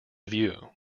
view